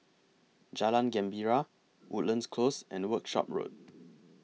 Jalan Gembira Woodlands Close and Workshop Road